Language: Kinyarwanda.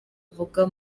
avuga